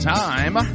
time